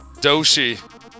Doshi